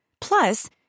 Plus